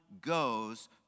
goes